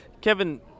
Kevin